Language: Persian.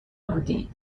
بودی